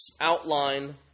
outline